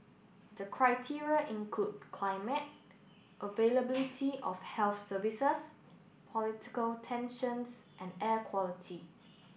the criteria include climate availability of health services political tensions and air quality